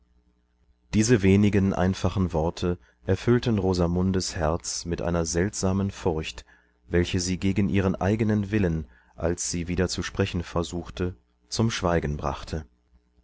diese wenigen einfachen worte erfüllten rosamundes herz mit einer seltsamen furcht welche sie gegen ihren eigenen willen als sie wieder zu sprechen versuchte zum schweigen brachte